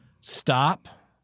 Stop